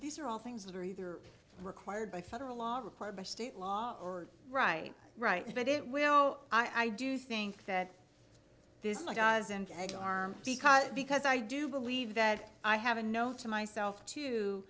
these are all things that are either required by federal law required by state law or right right but it will i do think that this law does and i go armed because i do believe that i have a note to myself to